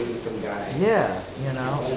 some guy. yeah. you know